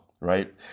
right